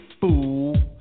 fool